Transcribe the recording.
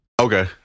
okay